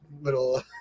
little